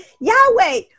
Yahweh